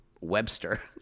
webster